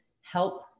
help